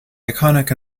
iconic